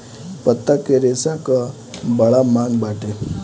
पत्ता के रेशा कअ बड़ा मांग बाटे